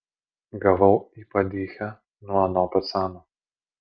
gavau į padychę nuo ano pacano